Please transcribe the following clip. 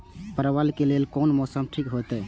परवल के लेल कोन मौसम ठीक होते?